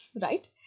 right